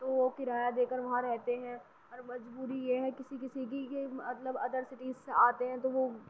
تو وہ کرایہ دے کر وہاں رہتے ہیں اور مجبوری یہ ہے کسی کسی کی کہ مطلب ادر سٹیز سے آتے ہیں تو وہ